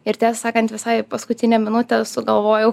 ir tiesą sakant visai paskutinę minutę sugalvojau